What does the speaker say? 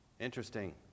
Interesting